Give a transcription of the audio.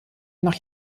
nach